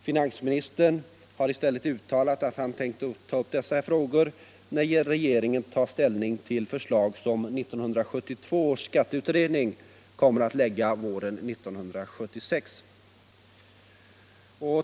Finansministern har i stället uttalat att han tänkt ta upp dessa frågor när regeringen tar ställning till förslag som 1972 års skatteutredning kommer att framlägga våren 1976.